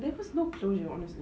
there was no closure honestly